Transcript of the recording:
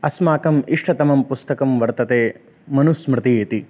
अस्माकम् इष्टतमं पुस्तकं वर्तते मनुस्मृतिः इति